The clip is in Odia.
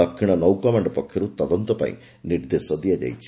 ଦକ୍ଷିଣ ନୌ କମାଣ୍ଡ ପକ୍ଷରୁ ତଦନ୍ତ ପାଇଁ ନିର୍ଦ୍ଦେଶ ଦିଆଯାଇଛି